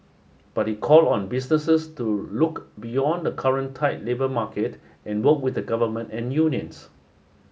but he called on businesses to look beyond the current tight labour market and work with the government and unions